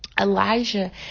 Elijah